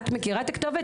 את מכירה את הכתובת?